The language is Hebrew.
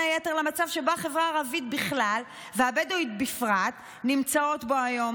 היתר למצב שבו החברה הערבית בכלל והבדואית בפרט נמצאות בו היום.